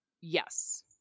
Yes